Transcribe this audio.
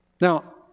Now